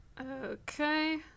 Okay